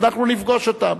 אנחנו נפגוש אותם,